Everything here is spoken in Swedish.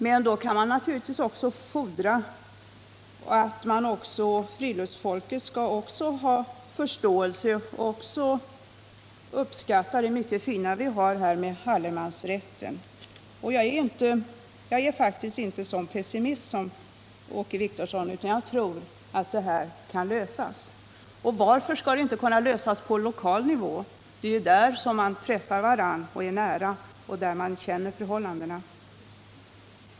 Samtidigt kan man fordra att friluftsfolket visar förståelse för och uppskattar det mycket fina som vi har i allemansrätten. Jag är faktiskt inte sådan pessimist som Åke Wictorsson, utan jag tror att denna fråga kan lösas. Och varför skall den inte kunna lösas på lokal nivå? Det är ju där man träffar varandra och det är där man har nära kännedom om förhållandena.